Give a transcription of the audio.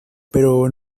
pero